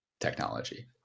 technology